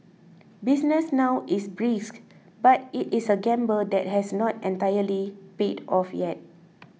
business now is brisk but it is a gamble that has not entirely paid off yet